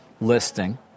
listing